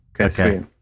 Okay